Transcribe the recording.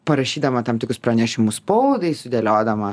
parašydama tam tikrus pranešimus spaudai sudėliodama